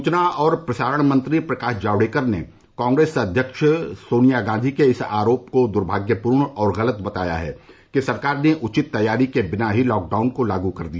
सूचना और प्रसारण मंत्री प्रकाश जावड़ेकर ने कांग्रेस अध्यक्ष सोनिया गांधी के इस आरोप को द्भाग्यपूर्ण और गलत बताया है कि सरकार ने उचित तैयारी के बिना ही लॉकडाउन को लागू कर दिया